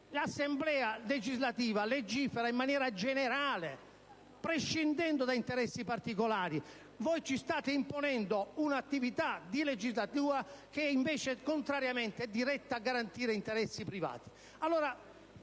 L'Assemblea legislativa legifera in maniera generale, prescindendo da interessi particolari. Voi ci state imponendo un'attività di legislatura che invece, al contrario, è diretta a garantire interessi privati.